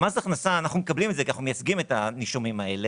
אנחנו מקבלים את זה כי אנחנו מייצגים את הנישומים האלה.